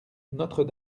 notre